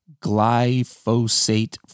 glyphosate